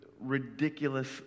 ridiculous